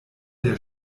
der